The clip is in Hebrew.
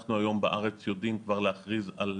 אנחנו היום בארץ יודעים כבר להכריז על